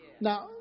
Now